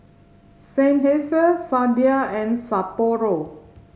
Seinheiser Sadia and Sapporo